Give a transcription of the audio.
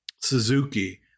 Suzuki